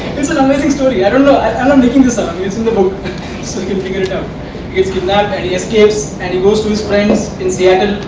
it's an amazing story, you know i'm not making this up, it's in the book so like you know he gets kidnapped and he escapes and he goes to his friends in seattle